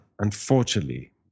unfortunately